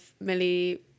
Millie